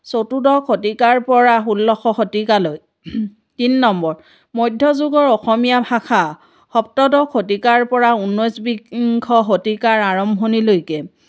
চতুৰ্দশ শতিকাৰ পৰা ষোল্লশ শতিকালৈ তিনি নম্বৰ মধ্য যুগৰ অসমীয়া ভাষা সপ্তদশ শতিকাৰ পৰা ঊনৈছ বিংশ শতিকাৰ আৰম্ভণিলৈকে